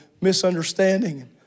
misunderstanding